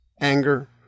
anger